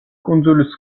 კუნძულის